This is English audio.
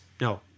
no